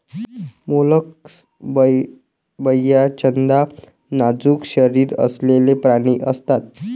mollusc बर्याचदा नाजूक शरीर असलेले प्राणी असतात